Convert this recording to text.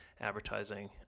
advertising